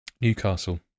Newcastle